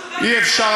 אי-אפשר,